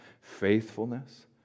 faithfulness